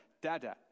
dada